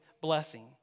blessing